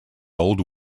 old